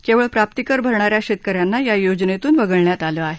केवळ प्राप्तीकर भरणाऱ्या शेतकऱ्यांना या योजनेतून वगळण्यात आलं आहे